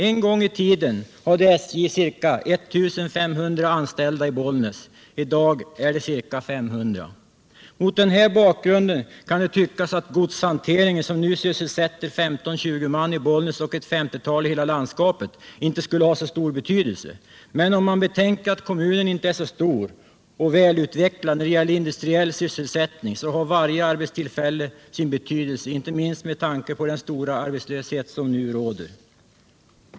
En gång i tiden hade SJ ca 1 500 anställda i Bollnäs, i dag är det ca 500. Mot den här bakgrunden kan det tyckas att godshanteringen, som nu sysselsätter 15-20 man i Bollnäs och ett 50-tal i hela landskapet, inte skulle ha så stor betydelse. Men om man betänker att kommunen inte är så stor och välutvecklad när det gäller industriell sysselsättning, så har varje arbetstillfälle sin betydelse, inte minst med tanke på den stora arbetslöshet som nu råder.